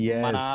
Yes